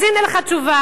אז הנה לך תשובה.